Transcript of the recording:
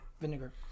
vinegar